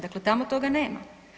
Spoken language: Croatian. Dakle tamo toga nema.